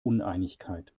uneinigkeit